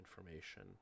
information